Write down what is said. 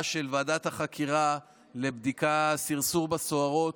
של ועדת החקירה לבדיקת סרסור בסוהרות,